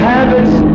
Habits